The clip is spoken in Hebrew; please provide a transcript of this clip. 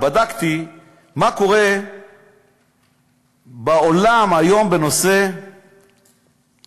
בדקתי מה קורה בעולם היום בנושא הנהיגה,